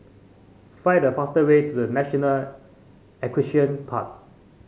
find the faster way to The National Equestrian Park